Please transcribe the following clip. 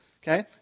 Okay